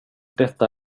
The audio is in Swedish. detta